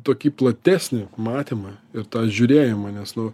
tokį platesnį matymą ir tą žiūrėjimą nes nu